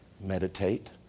Meditate